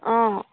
অঁ